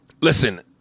Listen